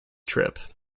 trip